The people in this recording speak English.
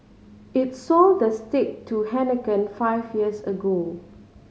it sold the stake to Heineken five years ago